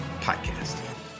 podcast